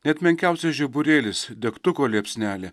net menkiausias žiburėlis degtuko liepsnelė